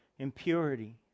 Impurity